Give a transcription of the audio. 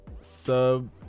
sub